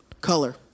Color